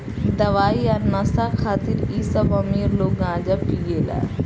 दवाई आ नशा खातिर इ सब अमीर लोग गांजा पियेला